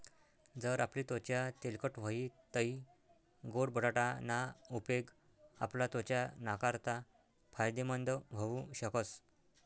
जर आपली त्वचा तेलकट व्हयी तै गोड बटाटा ना उपेग आपला त्वचा नाकारता फायदेमंद व्हऊ शकस